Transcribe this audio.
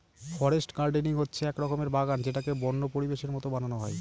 forest gardening হচ্ছে এক রকমের বাগান যেটাকে বন্য পরিবেশের মতো বানানো হয়